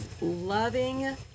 loving